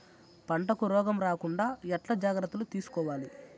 పంటకు రోగం రాకుండా ఎట్లా జాగ్రత్తలు తీసుకోవాలి?